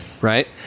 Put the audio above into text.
right